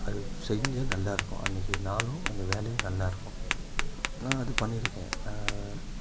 அது செஞ்சால் நல்லாயிருக்கும் அன்னைக்கி நாளும் அந்த வேலையும் நல்லாயிருக்கும் நான் அது பண்ணியிருக்கேன் நான்